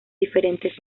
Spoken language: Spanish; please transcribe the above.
diferentes